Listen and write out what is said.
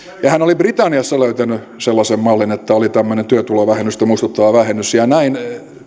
ja hän oli britanniassa löytänyt sellaisen mallin että oli tämmöinen työtulovähennystä muistuttava vähennys ja ja näin